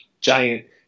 giant